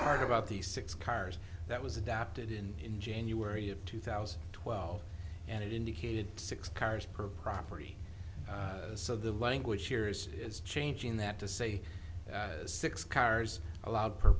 hard about these six cars that was adapted in in january of two thousand twelve and it indicated six cars per property of the language here is is changing that to say six cars allowed per